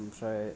ओमफ्राय